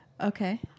Okay